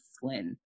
Flynn